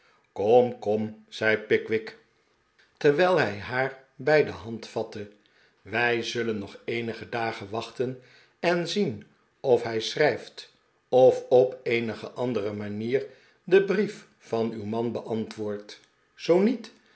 kom kom zei pickwick terwijl hij haar bij de hand vatte wij zullen nog eenige dagen wachten en zien of hij schrijft of op eenige andere manier den brief van uw man beantwoordt zoo niet